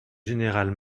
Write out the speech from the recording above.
général